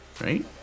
Right